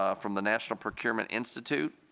ah from the national procurement institute.